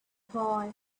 boy